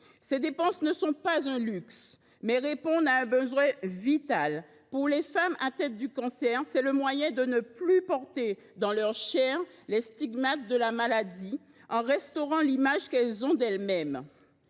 Ces dépenses ne sont pas un luxe, elles répondent à un besoin vital : pour les femmes atteintes du cancer, c’est le moyen de ne plus porter dans leur chair les stigmates de la maladie en restaurant l’image qu’elles ont d’elles mêmes.